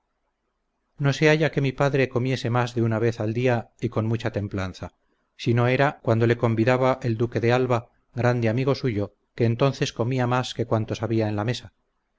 se halla que mi padre comiese más de una vez al día y con mucha templanza si no era cuando le convidaba el duque de alba grande amigo suyo que entonces comía más que cuantos había en la mesa